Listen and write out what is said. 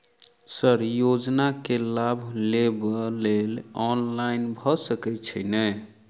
Sir योजना केँ लाभ लेबऽ लेल ऑनलाइन भऽ सकै छै नै?